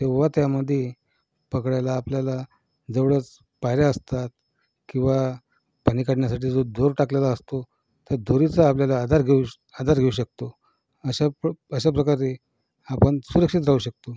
तेव्हा त्यामध्ये पकडायला आपल्याला जवळच पायऱ्या असतात किंवा पाणी काढण्यासाठी जो दोर टाकलेला असतो त्या दोरीचा आपल्याला आधार घेऊश आधार घेऊ शकतो अशा प्र अशा प्रकारे आपण सुरक्षित राहू शकतो